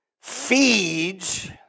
feeds